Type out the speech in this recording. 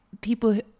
people